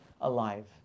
alive